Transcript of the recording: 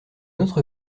autre